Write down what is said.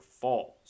Falls